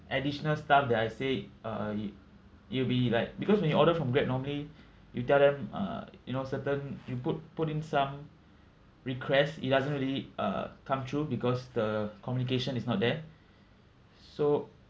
additional stuff that I said uh i~ it'll be like because when you order from grab normally you tell them uh you know certain you put put in some request it doesn't really uh come through because the communication is not there so